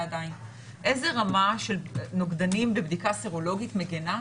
עדיין: איזו רמה של נוגדנים בבדיקה הסרולוגית מגינה?